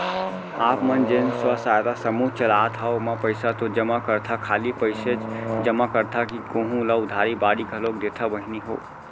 आप मन जेन स्व सहायता समूह चलात हंव ओमा पइसा तो जमा करथा खाली पइसेच जमा करथा कि कोहूँ ल उधारी बाड़ी घलोक देथा बहिनी हो?